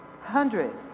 hundreds